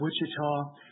Wichita